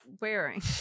wearing